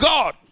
God